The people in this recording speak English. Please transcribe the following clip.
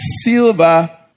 silver